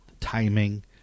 timing